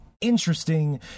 interesting